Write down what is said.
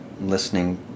listening